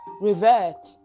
revert